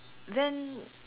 then